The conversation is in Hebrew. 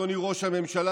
אדוני ראש הממשלה,